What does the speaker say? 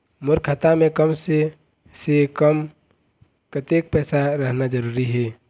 मोर खाता मे कम से से कम कतेक पैसा रहना जरूरी हे?